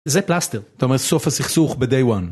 זה פלסטר, זאת אומרת סוף הסכסוך ב-Day 1